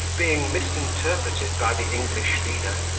being misinterpreted by the english leader,